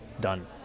done